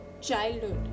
childhood